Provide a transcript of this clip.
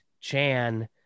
Chan